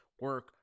Work